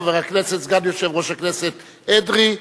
חבר הכנסת סגן יושב-ראש הכנסת אדרי,